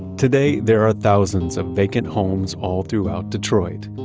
today there are thousands of vacant homes all throughout detroit.